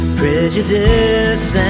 prejudice